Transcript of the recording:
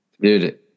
dude